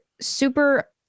super